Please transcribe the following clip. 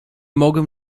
mogę